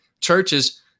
churches